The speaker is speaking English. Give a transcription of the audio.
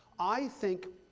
i think,